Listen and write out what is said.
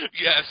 Yes